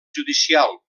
judicial